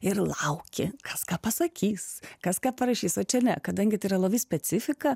ir lauki kas ką pasakys kas ką parašys o čia ne kadangi tai yra labai specifika